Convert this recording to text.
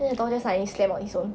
then the 东西 suddenly slam also